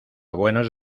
buenos